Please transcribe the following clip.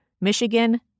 Michigan